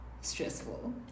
stressful